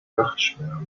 nachtschwärmer